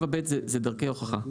7(ב) זה דרכי הוכחה.